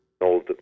old